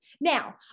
Now